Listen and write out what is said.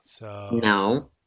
No